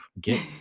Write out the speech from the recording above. Get